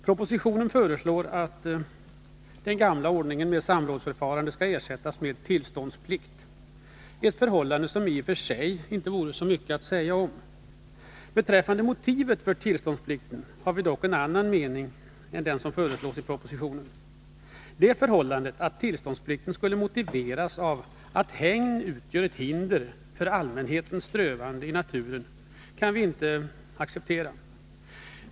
Propositionen föreslår att den gamla ordningen med samrådsförfarande skall ersättas med tillståndsplikt — ett förhållande som det i och för sig inte vore så mycket att säga om. Beträffande motivet för tillståndsplikten har vi dock en annan mening än jordbruksministern. Att tillståndsplikten skulle motiveras av att hägn utgör ett hinder för allmänhetens strövanden i naturen kan vi inte acceptera.